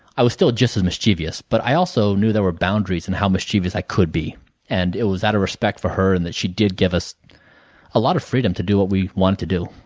i was still just as mischievous, but i also knew there were boundaries in how mischievous i could be and it was out of respect for her and that she did give us a lot of freedom to do what we wanted to do.